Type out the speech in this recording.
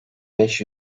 beş